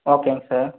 ஓகேங்க சார்